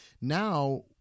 Now